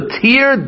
tear